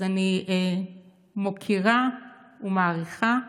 אז אני מוקירה ומעריכה,